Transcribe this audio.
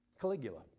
Caligula